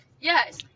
Yes